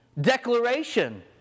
declaration